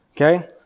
Okay